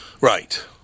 Right